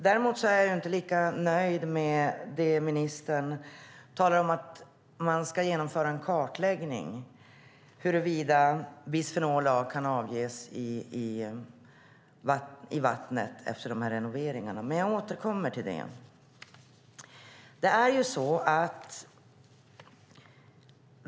Däremot är jag inte lika nöjd med det som ministern säger om att man ska genomföra en kartläggning av huruvida bisfenol A kan avges i vattnet efter renoveringar. Men jag återkommer till det.